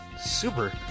Super